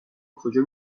کجا